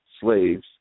slaves